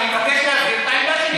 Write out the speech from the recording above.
ואני מבקש להבהיר את העמדה שלי.